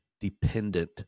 dependent